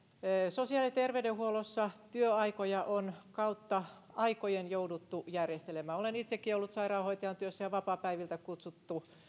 sosiaali ja terveydenhuollossa työaikoja on kautta aikojen jouduttu järjestelemään olen itsekin ollut sairaanhoitajan työssä ja on vapaapäiviltä kutsuttu